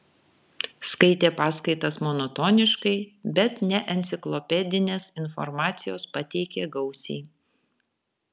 skaitė paskaitas monotoniškai bet neenciklopedinės informacijos pateikė gausiai